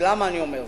ולמה אני אומר זאת?